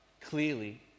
clearly